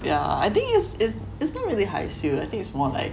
yeah I think it's it's it's not really 害羞 I think it's more like